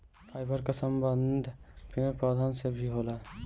fibre कअ संबंध पेड़ पौधन से भी होला